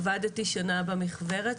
עבדתי שנה במכוורת,